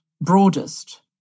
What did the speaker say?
broadest